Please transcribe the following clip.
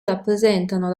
rappresentano